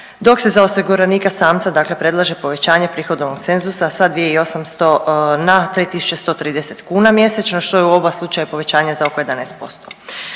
dok se za osiguranika samca, dakle predlaže povećanje prihodovnog cenzusa sa 2800 na 3130 kuna mjesečno što je u oba slučaja povećanje za oko 11%.